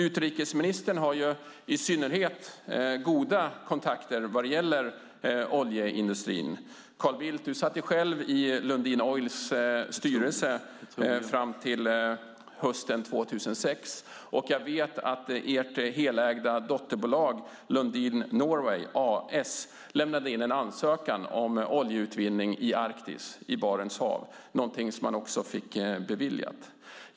Utrikesministern har ju goda kontakter med oljeindustrin. Du satt själv i Lundin Oils styrelse fram till hösten 2006, Carl Bildt. Jag vet att ert helägda dotterbolag, Lundin Norway AS, lämnade in en ansökan om oljeutvinning i Barents hav i Arktis, vilket man också fick beviljat.